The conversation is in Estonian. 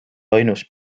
ainus